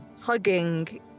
hugging